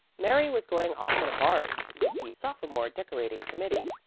mary was going off in a barge with the sophomore decorating committee,